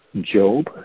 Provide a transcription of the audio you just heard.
Job